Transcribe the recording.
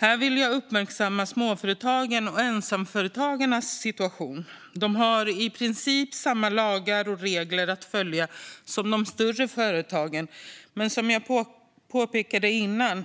Här vill jag uppmärksamma småföretagens och ensamföretagarnas situation. De har i princip samma lagar och regler att följa som de större företagen men, som jag påpekade tidigare,